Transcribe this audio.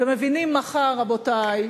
אתם מבינים, מחר, רבותי,